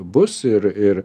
bus ir ir